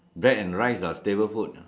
bread and rice are staple food